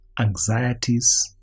anxieties